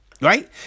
Right